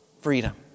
freedom